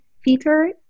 Peter